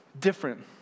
different